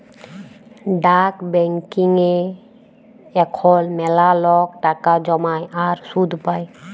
ডাক ব্যাংকিংয়ে এখল ম্যালা লক টাকা জ্যমায় আর সুদ পায়